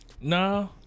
No